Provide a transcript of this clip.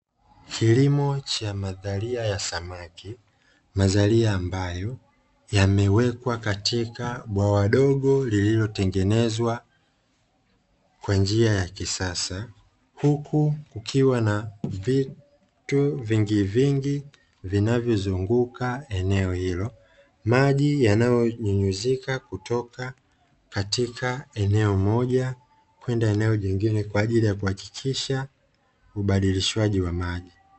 Kilimo cha mazalia ya samaki mazalia amboyo yamewekwa katika bwawa dogo lililotengenezwa kwa njia ya kisasa huku kukiwa na vitu vingivingi vinavyozunguka eneo hilo maji yanayonyunyuzika kutoka katika eneo moja kwenda eneo jingine kwaajili ya kuhakikisha ubadilishaji wa maji.